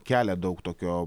kelia daug tokio